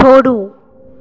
छोड़ू